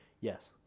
Yes